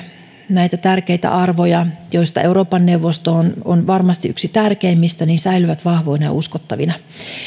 näitä tärkeitä arvoja ja joista euroopan neuvosto on varmasti yksi tärkeimmistä säilyvät vahvoina ja uskottavina